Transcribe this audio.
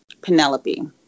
Penelope